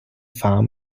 farm